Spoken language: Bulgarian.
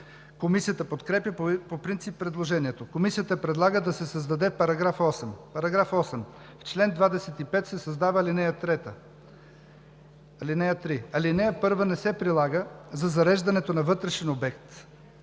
Комисията подкрепя по принцип предложението. Комисията предлага да се създаде § 8: „§ 8. В чл. 25 се създава ал. 3: „(3) Алинея 1 не се прилага за зареждането от вътрешен обект: